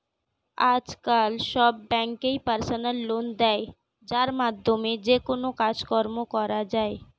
আজকাল সব ব্যাঙ্কই পার্সোনাল লোন দেয় যার মাধ্যমে যেকোনো কাজকর্ম করা যায়